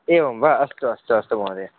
एवं वा अस्तु अस्तु अस्तु महोदय